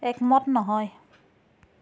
একমত নহয়